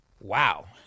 Wow